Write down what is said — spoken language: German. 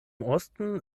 osten